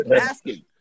asking